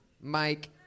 Mike